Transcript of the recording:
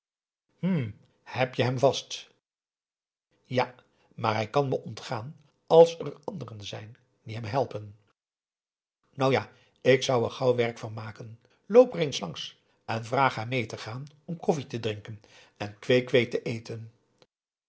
hm heb je hem vast ja maar hij kan me ontgaan als er anderen zijn die hem helpen nou ja ik zou er gauw werk van maken loop er eens langs en vraag haar mee te gaan om koffie te drinken en kwee-kwee te eten